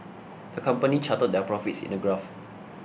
the company charted their profits in the graph